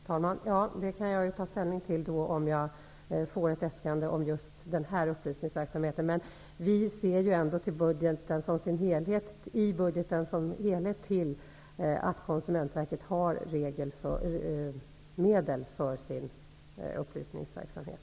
Fru talman! Det får jag ta ställning till om det kommer ett äskande härom. Vi ser ändå till budgeten i dess helhet, och i budgeten finns medel för Konsumentverkets upplysningsverksamhet.